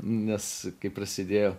nes kai prasidėjo